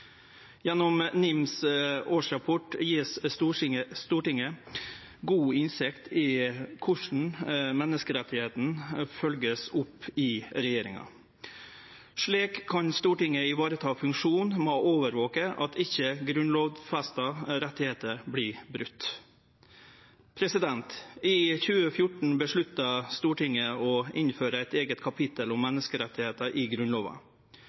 Gjennom NIMs årsrapport får Stortinget god innsikt i korleis menneskerettane vert følgde opp i regjeringa. Slik kan Stortinget vareta funksjonen med å overvake at ikkje grunnlovfesta rettar vert brotne. I 2014 vedtok Stortinget å innføre eit eige kapittel om menneskerettar i Grunnlova.